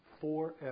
forever